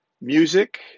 music